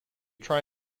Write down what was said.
try